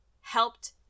helped